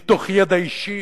מתוך ידע אישי,